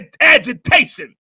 agitation